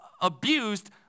abused